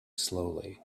slowly